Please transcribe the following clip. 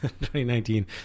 2019